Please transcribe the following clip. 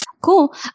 Cool